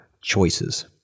choices